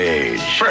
age